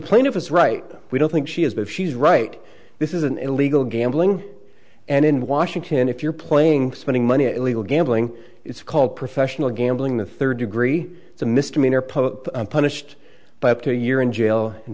plaintiff is right we don't think she is but she's right this is an illegal gambling and in washington if you're playing spending money illegal gambling it's called professional gambling the third degree it's a misdemeanor public punished by up to a year in jail